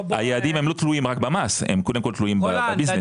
היעדים הם לא תלויים רק במס הם קודם כל תלויים בביזנס.